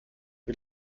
wie